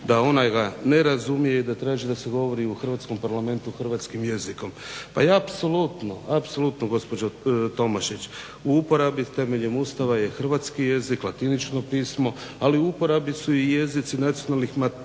da ona ga ne razumije i da ga traži da se govori u Hrvatskom parlamentu hrvatskim jezikom. Pa ja apsolutno, apsolutno gospođo Tomašić, u uporabi temeljem Ustava je hrvatski jezik, latinično pismo ali u uporabi su i jezici nacionalnih manjina